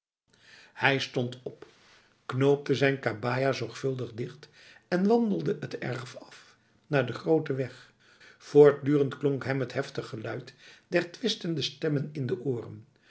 hij stond op knoopte zijn kabaja zorgvuldig dicht en wandelde het erf af naar de grote weg voortdurend klonk hem t heftig geluid der twistende stemmen in de oren